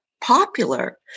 popular